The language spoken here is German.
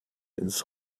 ins